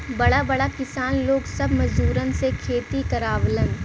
बड़ा बड़ा किसान लोग सब मजूरन से खेती करावलन